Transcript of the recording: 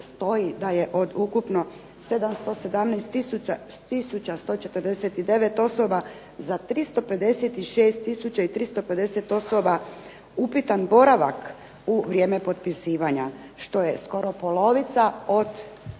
da je od ukupno 717 tisuća 149 osoba za 356 tisuća i 350 osoba upitan boravak u vrijeme potpisivanja, što je skoro polovica od